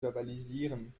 verbalisieren